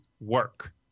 work